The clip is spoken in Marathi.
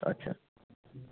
अच्छा